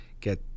get